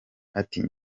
ati